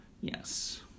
Yes